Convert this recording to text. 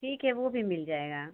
ठीक है वो भी मिल जाएगा